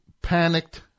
Panicked